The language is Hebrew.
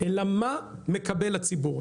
אלא מה מקבל הציבור.